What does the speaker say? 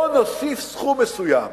בוא נוסיף סכום מסוים